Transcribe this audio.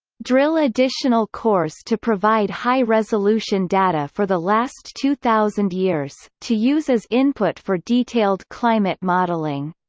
drill additional cores to provide high-resolution data for the last two thousand years, to use as input for detailed climate modelling.